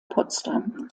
potsdam